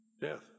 death